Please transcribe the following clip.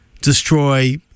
destroy